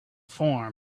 form